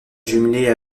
jumelée